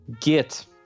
Git